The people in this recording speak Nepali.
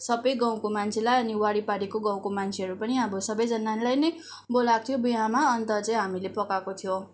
सबै गाउँको मान्छेलाई अनि वारिपारिको गाउँको मान्छेहरू पनि अब सबैजनालाई नै बोलाएको थियो बिहामा अन्त चाहिँ हामीले पकाएको थियो